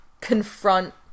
confront